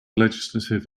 legislative